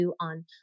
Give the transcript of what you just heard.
on